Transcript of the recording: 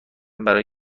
برای